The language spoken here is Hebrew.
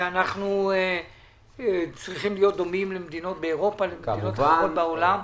שאנחנו צריכים להיות דומים למדינות באירופה ולמדינות אחרות בעולם?